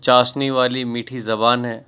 چاشنی والی میٹھی زبان ہے